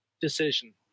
decision